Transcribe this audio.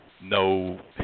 no